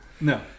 No